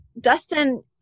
Dustin